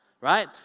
right